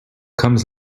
comes